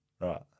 Right